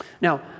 Now